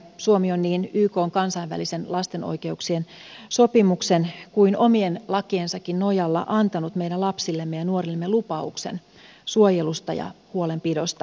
suomi on niin ykn kansainvälisen lapsen oikeuksien sopimuksen kuin omien lakiensakin nojalla antanut meidän lapsillemme ja nuorillemme lupauksen suojelusta ja huolenpidosta